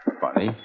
Funny